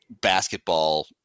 basketball